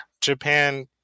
Japan